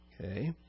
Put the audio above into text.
Okay